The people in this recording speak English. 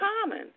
common